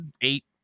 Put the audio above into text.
eight